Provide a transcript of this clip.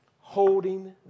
holding